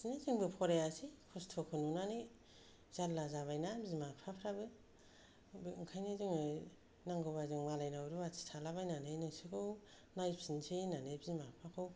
बिदिनो जोंबो फरायासै खस्थ'खौ नुनानै जार्ला जाबायना बिमा फिफाफ्राबो आंखायनो जोङो नांगौबा जोङो मालायनाव रुवाथि थालाबायनानै नोंसोरखौ नायफिनसै होन्नानै बिमा फिफाखौ